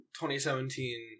2017-